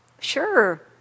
sure